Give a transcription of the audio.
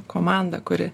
komanda kuri